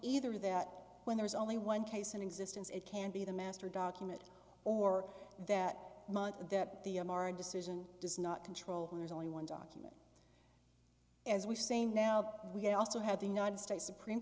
either that when there's only one case in existence it can be the master document or that that the m r decision does not control there's only one document as we say now we also have the united states supreme